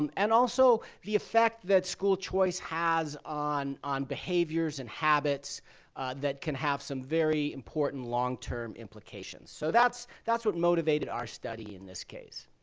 um and also, the effect that school choice has on on behaviors and habits that can have some very important long-term implications. so that's that's what motivated our study in this case.